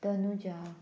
Tanuja